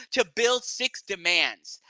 to build six demands.